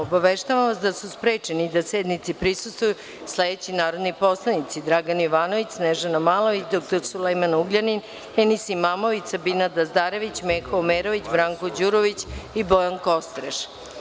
Obaveštavam vas da su sprečeni da sednici prisustvuju sledeći narodni poslanici: Dragan Jovanović, Snežana Malović, dr Sulejman Ugljanin, Enis Imamović, Sabina Dazdarević, Meho Omerović, Branko Đurović i Bojan Kostreš.